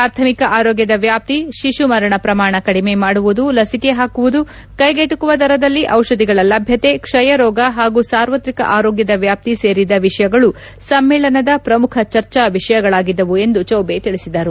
ಪ್ರಾಥಮಿಕ ಆರೋಗ್ಡದ ವ್ಯಾಪ್ತಿ ಶಿಶು ಮರಣ ಪ್ರಮಾಣ ಕಡಿಮೆ ಮಾಡುವುದು ಲಸಿಕೆ ಹಾಕುವುದು ಕ್ಕೆಗೆಟುಕುವ ದರದಲ್ಲಿ ದಿಷಧಿಗಳ ಲಭ್ಞತೆ ಕ್ಷಯ ರೋಗ ಹಾಗೂ ಸಾರ್ವತ್ರಿಕ ಆರೋಗ್ಲದ ವ್ಯಾಪ್ತಿ ಸೇರಿದ ವಿಷಯಗಳು ಸಮ್ನೇಳನದ ಪ್ರಮುಖ ಚರ್ಚಾ ವಿಷಯಗಳಾಗಿದ್ದವು ಎಂದು ಚೌಬೆ ತಿಳಿಸಿದರು